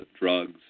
drugs